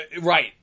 Right